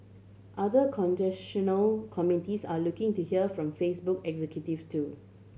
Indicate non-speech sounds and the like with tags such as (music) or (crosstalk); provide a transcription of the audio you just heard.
other (unintelligible) committees are looking to hear from Facebook executive too